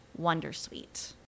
wondersuite